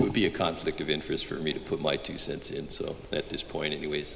it would be a conflict of interest for me to put my two cents in so at this point anyways